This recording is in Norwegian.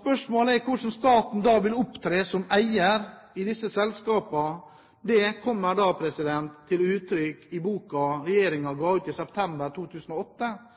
Spørsmålet er hvordan staten da vil opptre som eier i disse selskapene. Det kommer til uttrykk i boken regjeringen ga ut i september 2008,